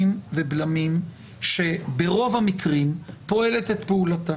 ובלמים שברוב המקרים פועלת את פעולתה.